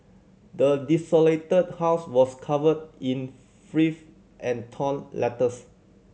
the desolated house was covered in filth and torn letters